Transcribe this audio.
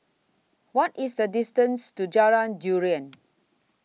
What IS The distance to Jalan Durian